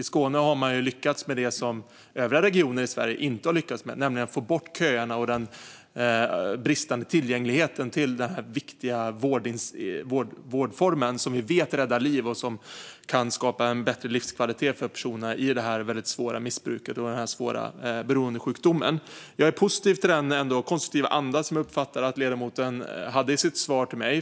I Skåne har man lyckats med det som övriga regioner i Sverige inte har lyckats med, nämligen att få bort köerna och den bristande tillgängligheten till denna viktiga vårdform. Vi vet att den räddar liv och kan skapa en bättre livskvalitet för personer med detta svåra missbruk och denna svåra beroendesjukdom. Jag är dock positiv till den konstruktiva anda som jag ändå uppfattar att ledamoten hade i sitt svar till mig.